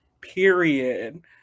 Period